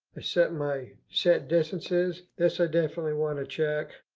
i set my, set distances. this i definitely want to check.